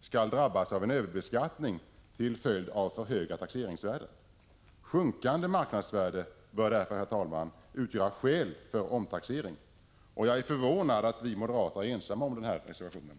skall drabbas av en överbeskattning till följd av för höga taxeringsvärden. Sjunkande marknadsvärde bör därför, herr talman, utgöra skäl för omtaxering. Jag är förvånad över att vi moderater är ensamma om denna reservation.